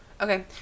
Okay